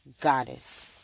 goddess